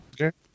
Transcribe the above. Okay